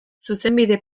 zuzenbide